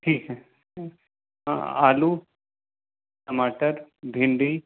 ठीक है आलू टमाटर भिंडी